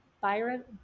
byron